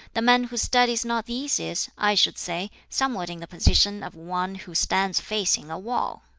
the man who studies not these is, i should say, somewhat in the position of one who stands facing a wall!